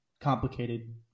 complicated